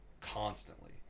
constantly